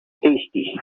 tasty